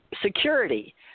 security